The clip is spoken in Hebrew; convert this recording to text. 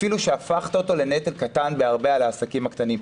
אפילו שהפכת אותו לנטל קטן בהרבה על העסקים הקטנים.